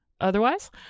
otherwise